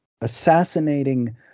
assassinating